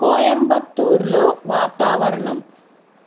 కోయంబత్తూరులో వాతావరణం